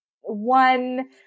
one